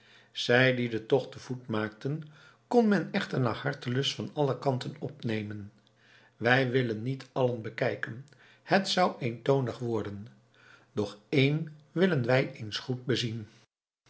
zij die den tocht te voet maakten kon men echter naar hartelust van alle kanten opnemen wij willen niet allen bekijken het zou eentonig worden doch één willen wij eens goed bezien